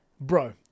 Bro